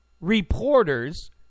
reporters